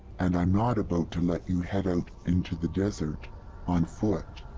and i'm not about to let you head out into the desert on foot!